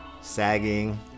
sagging